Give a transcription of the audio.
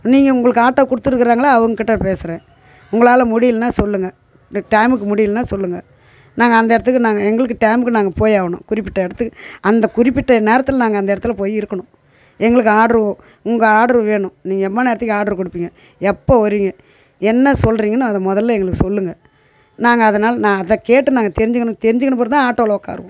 நீங்கள் உங்களுக்கு ஆட்டோ கொடுத்துருக்காங்கல்ல அவங்கக்கிட்ட பேசுகிறேன் உங்களால் முடியலனா சொல்லுங்கள் இந்த டைமுக்கு முடியலனா சொல்லுங்கள் நாங்கள் அந்த இடத்துக்கு நாங்கள் எங்களுக்கு டைமுக்கு நாங்கள் போயாகணும் குறிப்பிட்ட இடத்துக்கு அந்த குறிப்பிட்ட நேரத்தில் நாங்கள் அந்த இடத்துல போய் இருக்கணும் எங்களுக்கு ஆட்ரு உங்கள் ஆட்ரு வேணும் நீங்கள் எம்மா நேரத்துக்கு ஆட்ரு கொடுப்பீங்க எப்போ வருவீங்க என்ன சொல்கிறீங்கன்னு அதை முதல்ல எங்களுக்குச் சொல்லுங்கள் நாங்கள் அதனால் நான் அதை கேட்டு நாங்கள் தெரிஞ்சுக்கணும் தெரிஞ்சுக்குன பிறகு தான் ஆட்டோவில் உட்காருவோம்